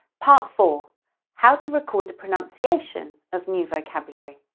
part four how to record the pronunciation of new vocabulary.